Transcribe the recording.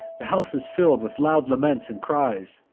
the house is fill'd with loud laments and cries,